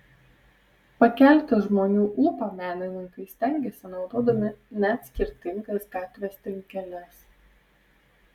pakelti žmonių ūpą menininkai stengiasi naudodami net skirtingas gatvės trinkeles